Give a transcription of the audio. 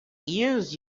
use